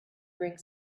bring